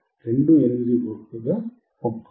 28V ఉంది